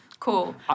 Cool